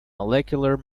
molecular